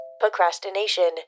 Procrastination